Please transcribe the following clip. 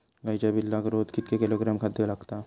गाईच्या पिल्लाक रोज कितके किलोग्रॅम खाद्य लागता?